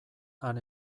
han